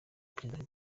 perezida